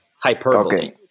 hyperbole